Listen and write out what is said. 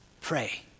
pray